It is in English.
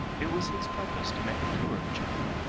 it was his purpose to make a tour of china,